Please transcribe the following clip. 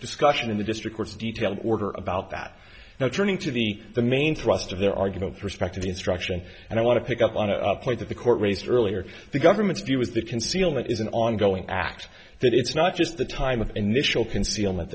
discussion in the district courts detailed order about that now turning to the the main thrust of their arguments respecting the instruction and i want to pick up on a point that the court raised earlier the government's view is that concealment is an ongoing act that it's not just the time of initial concealment